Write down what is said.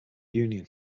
union